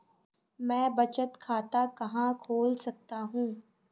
मैं बचत खाता कहाँ खोल सकता हूँ?